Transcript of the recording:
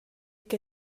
che